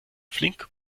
flink